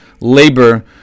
labor